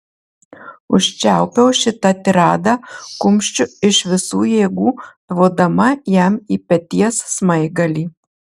užčiaupiau šitą tiradą kumščiu iš visų jėgų tvodama jam į peties smaigalį